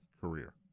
career